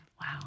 Wow